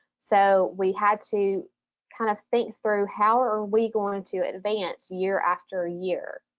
so we had to kind of think through how are we going to advance year after year.